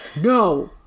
No